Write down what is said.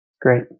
Great